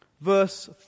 Verse